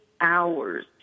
hours